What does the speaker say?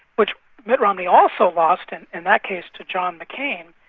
which mitt romney also lost, and in that case to john mccain,